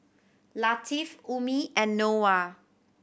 Latif Ummi and Noah